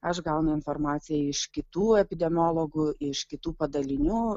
aš gaunu informaciją iš kitų epidemiologų iš kitų padalinių